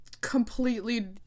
completely